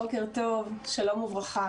בוקר טוב, שלום וברכה.